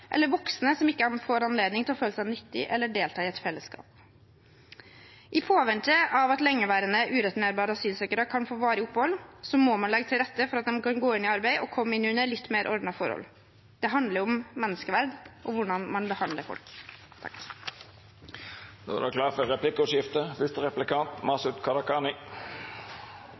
eller voksne som ikke får anledning til å føle seg nyttig eller delta i et fellesskap. I påvente av at lengeværende ureturnerbare asylsøkere kan få varig opphold, må man legge til rette for at de kan gå inn i arbeid og komme inn under litt mer ordnede forhold. Det handler om menneskeverd og hvordan man behandler folk. Det vert replikkordskifte. Først: Jeg mener at det er viktig at stortingsrepresentanter faktisk sier det